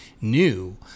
new